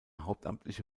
hauptamtliche